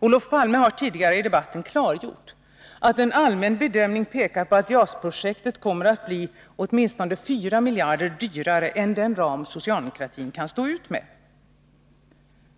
Olof Palme har tidigare i debatten klargjort att en allmän bedömning pekar på att JAS-projektet kommer att bli åtminstone fyra miljarder dyrare än den ram socialdemokratin kan stå ut med.